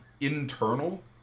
internal